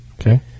Okay